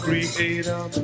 Creator